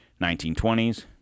1920s